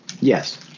Yes